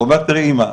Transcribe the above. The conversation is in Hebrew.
הוא אומר: תראי אמא,